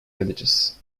villages